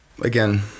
Again